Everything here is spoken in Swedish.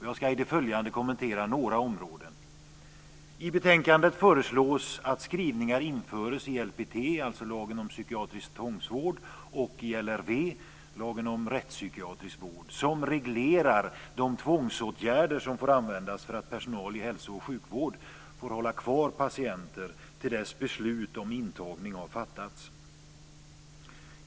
Jag ska i det följande kommentera några områden. - lag om psykiatrisk tvångsvård - och i LRV - lag om rättspsykiatrisk vård - som reglerar de tvångsåtgärder som får användas för att personal i hälso och sjukvård får hålla kvar patienter till dess beslut om intagning har fattats.